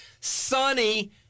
sunny